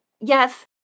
Yes